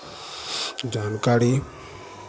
जानकारी